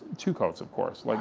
two coats, of course, like,